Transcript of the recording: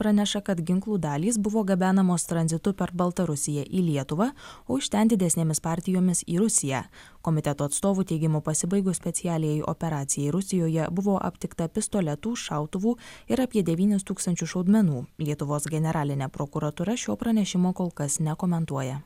praneša kad ginklų dalys buvo gabenamos tranzitu per baltarusiją į lietuvą o iš ten didesnėmis partijomis į rusiją komiteto atstovų teigimu pasibaigus specialiai operacijai rusijoje buvo aptikta pistoletų šautuvų ir apie devynis tūkstančius šaudmenų lietuvos generalinė prokuratūra šio pranešimo kol kas nekomentuoja